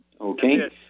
Okay